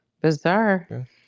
Bizarre